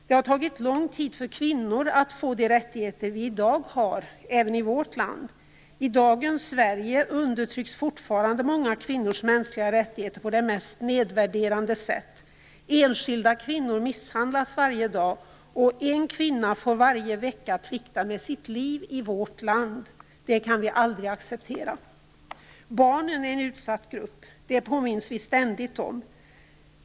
Det har tagit lång tid för kvinnor att få de rättigheter vi i dag har även i vårt land. I dagens Sverige undertrycks fortfarande många kvinnors mänskliga rättigheter på det mest nedvärderande sätt. Enskilda kvinnor misshandlas varje dag, och en kvinna får varje vecka plikta med sitt liv i vårt land. Det kan vi aldrig acceptera. Barnen är en utsatt grupp. Det påminns vi ständigt om.